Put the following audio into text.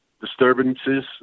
disturbances